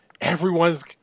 Everyone's